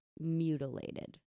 mutilated